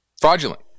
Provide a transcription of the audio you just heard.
fraudulent